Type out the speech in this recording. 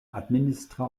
administra